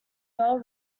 bell